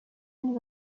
and